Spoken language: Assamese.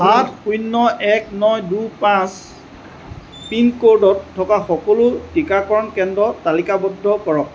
সাত শূন্য এক ন দুই পাঁচ পিনক'ডত থকা সকলো টিকাকৰণ কেন্দ্ৰ তালিকাবদ্ধ কৰক